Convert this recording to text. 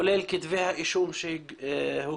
כולל כתבי האישום שהוגשו.